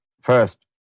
first